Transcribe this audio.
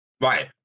right